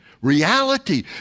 reality